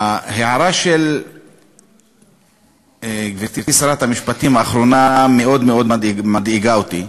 ההערה האחרונה של גברתי שרת המשפטים מאוד מאוד מדאיגה אותי.